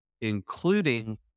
including